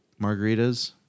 margaritas